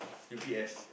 U_P_S